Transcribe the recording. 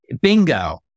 Bingo